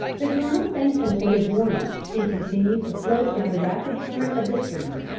the colonel thanked him for his warning, and continued to float down the rapid current of the stream.